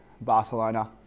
Barcelona